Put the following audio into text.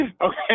Okay